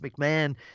McMahon